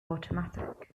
automatic